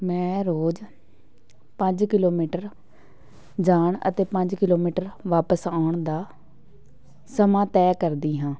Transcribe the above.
ਮੈਂ ਰੋਜ਼ ਪੰਜ ਕਿਲੋਮੀਟਰ ਜਾਣ ਅਤੇ ਪੰਜ ਕਿਲੋਮੀਟਰ ਵਾਪਸ ਆਉਣ ਦਾ ਸਮਾਂ ਤੈਅ ਕਰਦੀ ਹਾਂ